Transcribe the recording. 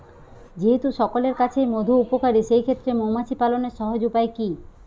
যেহেতু সকলের কাছেই মধু উপকারী সেই ক্ষেত্রে মৌমাছি পালনের সহজ উপায় কি?